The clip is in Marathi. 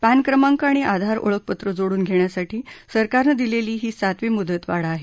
पॅन क्रमांक आणि आधार ओळखपत्र जोडून घेण्यासाठी सरकारनं दिलेली ही सातवी मुदवाढ आहे